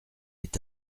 est